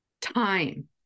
Time